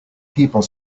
people